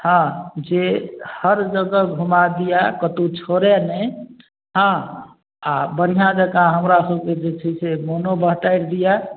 हँ जे हर जगह घुमा दिए कतहु छोड़ै नहि हँ आओर बढ़िआँ जकाँ हमरा सभके जे छै से मोनो बहटारि दिए